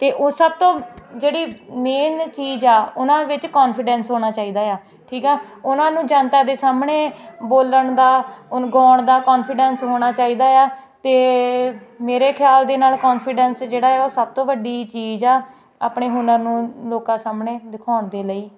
ਤੇ ਉਹ ਸਭ ਤੋਂ ਜਿਹੜੀ ਮੇਨ ਚੀਜ਼ ਆ ਉਹਨਾਂ ਵਿੱਚ ਕੌਨਫੀਡੈਂਸ ਹੋਣਾ ਚਾਹੀਦਾ ਆ ਠੀਕ ਆ ਉਹਨਾਂ ਨੂੰ ਜਨਤਾ ਦੇ ਸਾਹਮਣੇ ਬੋਲਣ ਦਾ ਗਾਉਣ ਦਾ ਕੋਨਫੀਡੈਂਸ ਹੋਣਾ ਚਾਹੀਦਾ ਆ ਅਤੇ ਮੇਰੇ ਖਿਆਲ ਦੇ ਨਾਲ ਕੋਨਫੀਡੈਂਸ ਜਿਹੜਾ ਉਹ ਸਭ ਤੋਂ ਵੱਡੀ ਚੀਜ਼ ਆ ਆਪਣੇ ਹੁਨਰ ਨੂੰ ਲੋਕਾਂ ਸਾਹਮਣੇ ਦਿਖਾਉਣ ਦੇ ਲਈ